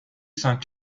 saint